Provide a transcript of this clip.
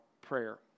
prayer